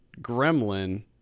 Gremlin